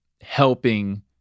helping